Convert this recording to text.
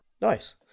Nice